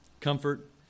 Comfort